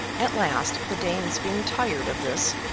at last, the danes being tired of this,